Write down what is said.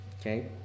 okay